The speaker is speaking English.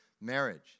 marriage